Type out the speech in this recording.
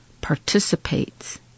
participates